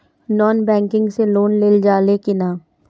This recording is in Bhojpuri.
नॉन बैंकिंग से लोन लेल जा ले कि ना?